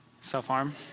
self-harm